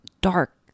dark